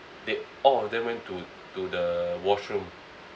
they all of them went to to the washroom